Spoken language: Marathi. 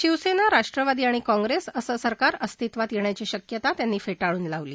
शिवसेना राष्ट्रवादी आणि कॉप्रेस असं सरकार अस्तित्वात येण्याची शक्यता त्यांनी फेटाळून लावली